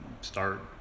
start